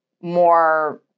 more